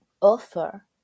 offer